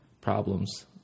problems